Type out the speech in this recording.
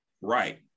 Right